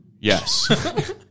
Yes